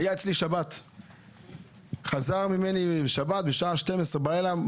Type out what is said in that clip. הוא היה אצלי בשבת וחזר ממני בשעה 12 בלילה.